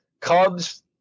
Cubs